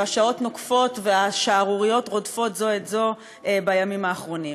והשעות נוקפות והשערוריות רודפות זו את זה זו בימים האחרונים.